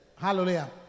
Hallelujah